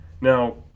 Now